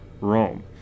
Rome